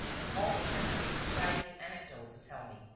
and always has some surprising anecdote to tell me,